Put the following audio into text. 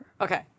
Okay